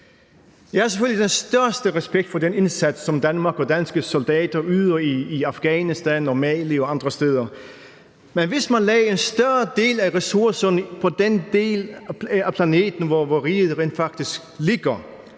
Jeg har selvfølgelig den største respekt for den indsats, som Danmark og danske soldater yder i Afghanistan og i Mali og andre steder. Men hvis man lagde en større del af ressourcerne på den del af planeten, hvor riget rent faktisk ligger,